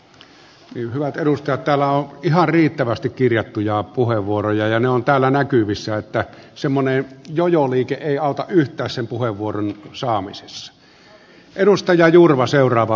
hyvät edustajat täällä on ihan riittävästi kirjattuja puheenvuoroja ja ne ovat täällä näkyvissä joten semmoinen jojoliike ei auta yhtään sen puheenvuoron saamisessa